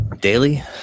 daily